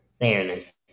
fairness